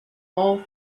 all